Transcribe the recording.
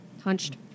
Hunched